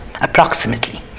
approximately